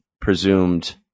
presumed